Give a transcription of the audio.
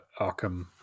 Arkham